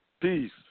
Peace